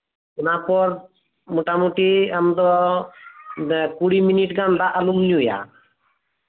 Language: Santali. ᱚᱱᱟ ᱯᱚᱨ ᱢᱚᱴᱟᱢᱩᱴᱤ ᱟᱢᱫᱚ ᱠᱩᱲᱤ ᱢᱤᱱᱤᱴ ᱜᱟᱱ ᱫᱟᱜ ᱟᱞᱮᱢ ᱧᱩᱭᱟ